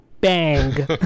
bang